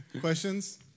questions